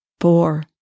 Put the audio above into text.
four